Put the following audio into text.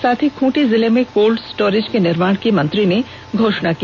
साथ ही खूंटी जिले में कोल्ड स्टोरेज के निर्माण की मंत्री ने घोषणा की